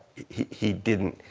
he he didn't,